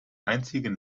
einzigen